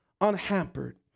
unhampered